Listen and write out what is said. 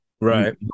Right